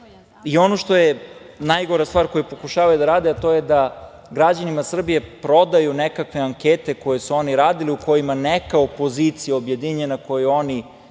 što je najgora stvar koju pokušavaju da rade, to je da građanima Srbije prodaju nekakve ankete koje su oni radili, u kojima neka opozicija objedinjena koju oni